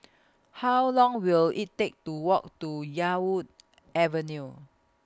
How Long Will IT Take to Walk to Yarwood Avenue